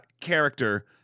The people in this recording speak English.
character